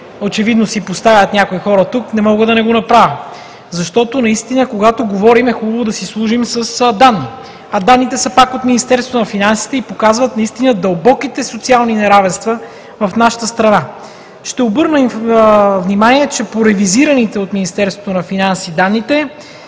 очевидно си поставят някои хора тук, не мога да не го направя. Защото, когато говорим, е хубаво да си служим с данни. А данните са пак от Министерството на финансите и показват наистина дълбоките социални неравенства в нашата страна. Ще обърна внимание, че по регизираните от Министерството на финансите данни